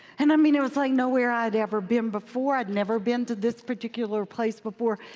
and i mean it was like nowhere i had ever been before. i had never been to this particular place before.